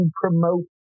promote